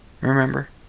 Remember